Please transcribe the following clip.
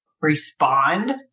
respond